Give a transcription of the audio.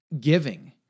giving